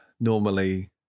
Normally